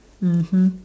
mmhmm